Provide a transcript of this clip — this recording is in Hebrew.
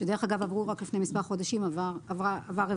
שדרך אגב רק לפני כמה חודשים עבר רביזיה.